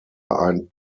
ein